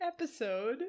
episode